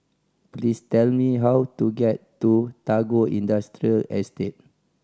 please tell me how to get to Tagore Industrial Estate